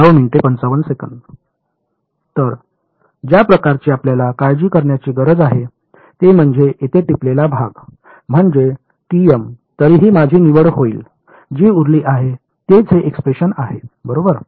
तर ज्या प्रकारची आपल्याला काळजी करण्याची गरज आहे ते म्हणजे येथे टिपलेला भाग म्हणजे टीएम तरीही माझी निवड होईल जी उरली आहे तेच हे एक्सप्रेशन आहे बरोबर